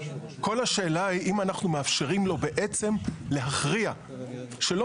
כל השאלה היא אם אנחנו מאפשרים לו בעצם להכריע שלא